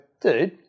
dude